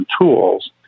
tools